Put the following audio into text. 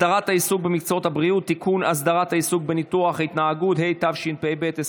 ההתייעלות הכלכלית (תיקוני חקיקה להשגת יעדי התקציב לשנות התקציב 2017